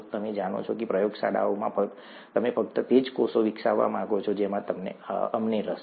તમે જાણો છો કે પ્રયોગશાળાઓમાં તમે ફક્ત તે જ કોષો વિકસાવવા માંગો છો જેમાં અમને રસ છે